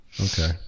Okay